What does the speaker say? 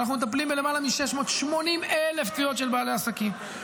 ואנחנו מטפלים בלמעלה מ-680,000 תביעות של בעלי עסקים.